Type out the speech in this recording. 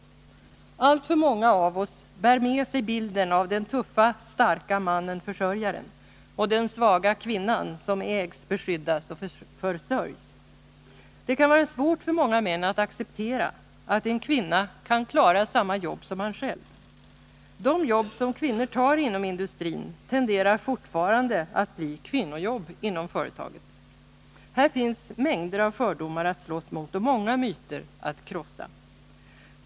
Alltför många av oss bär med sig bilden av den tuffa, starka mannen/försörjaren och den svaga kvinnan som ägs, beskyddas och försörjs. Det kan vara svårt för många män att acceptera att en kvinna kan klara samma jobb som de själva. De jobb som kvinnor tar inom industrin tenderar fortfarande att bli kvinnojobb inom företaget. Här finns mängder av fördomar att slåss mot och många myter att krossa.